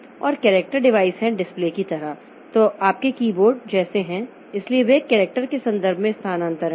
और character device हैं display की तरह तो आपके कीबोर्ड जैसे हैं इसलिए वे कैरेक्टर के संदर्भ में स्थानान्तरण हैं